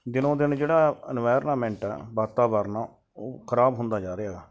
ਦਿਨੋਂ ਦਿਨ ਜਿਹੜਾ ਇਨਵਾਇਰਨਾਮੈਂਟ ਆ ਵਾਤਾਵਰਨ ਉਹ ਖਰਾਬ ਹੁੰਦਾ ਜਾ ਰਿਹਾ